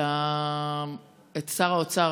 שר האוצר